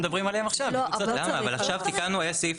סעיף